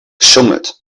geschummelt